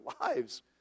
lives